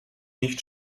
nicht